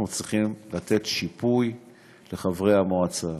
אנחנו צריכים לתת שיפוי לחברי המועצה.